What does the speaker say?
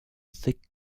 thick